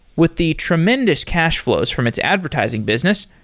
with the tremendous cash flows from its advertising business,